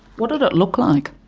what did it look like?